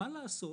מה לעשות,